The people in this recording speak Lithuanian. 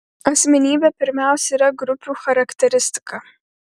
asmenybė pirmiausia yra grupių charakteristika